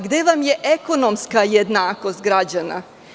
Gde vam je ekonomska jednakost građana.